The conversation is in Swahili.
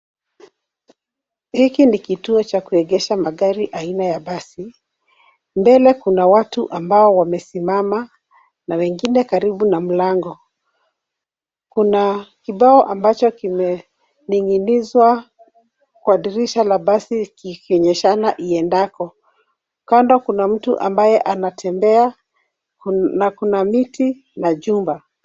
Hiki ni kituo cha kuegesha magari aina ya basi. Mbele kuna watu ambao wamesimama na wengine karibu na mlango. Kuna kibao ambacho kimening'inizwa kwa dirisha la basi kikionyeshana iendako. Kando kuna mtu ambaye anatembea na kuna miti na jumba.